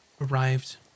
arrived